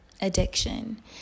addiction